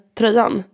tröjan